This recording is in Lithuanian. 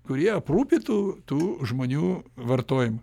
kurie aprūpytų tų žmonių vartojimą